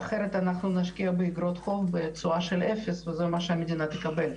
אחרת אנחנו נשקיע באגרות חוב בתשואה של אפס וזה מה שהמדינה תקבל.